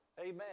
amen